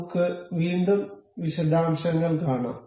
നമുക്ക് വീണ്ടും വിശദാംശങ്ങൾ കാണാം